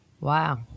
Wow